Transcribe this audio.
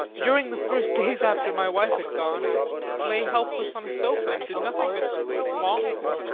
during the first days after my wife had gone, i lay helpless on a sofa and did nothing but long for